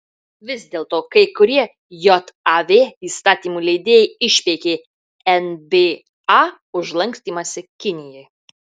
vis dėlto kai kurie jav įstatymų leidėjai išpeikė nba už lankstymąsi kinijai